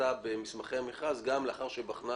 החלטתה במסמכי המכרז גם לאחר שבחנה